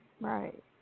Right